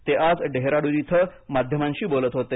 ते आज देहरादून इथं माध्यमांशी बोलत होते